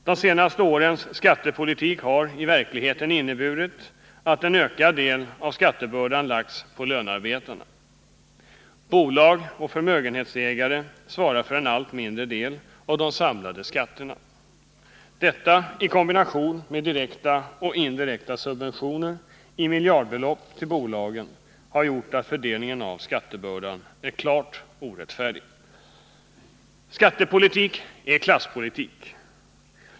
De senaste årens skattepolitik har i verkligheten inneburit att en ökad del av skattebördan lagts på lönearbetarna. Bolag och förmögenhetsägare svarar för en allt 21 mindre del av de samlade skatterna. Detta i kombination med direkta och indirekta subventioner i miljardbelopp till bolagen har gjort att fördelningen av skattebördan är klart orättfärdig. Skattepolitik är klasspolitik.